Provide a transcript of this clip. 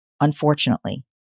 unfortunately